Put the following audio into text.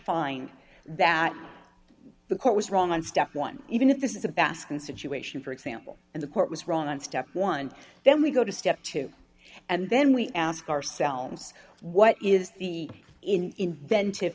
find that the court was wrong on step one even if this is a baskin situation for example and the court was wrong on step one and then we go to step two and then we ask ourselves what is the invent